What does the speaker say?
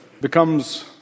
becomes